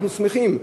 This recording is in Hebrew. אנחנו שמחים,